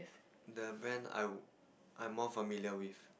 the brand I I'm more familiar with